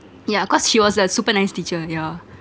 yeah cause she was a super nice teacher yeah